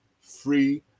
free